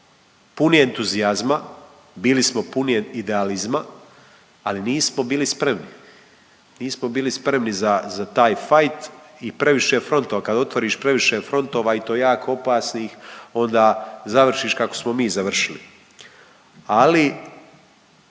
puni entuzijazma, bili smo puni idealizma, ali nismo bili spremni. Nismo bili spremni za taj fajt i previše frontova, kad otvoriš previše frontova i to jako opasnih, onda završiš kako smo mi završili. Ali,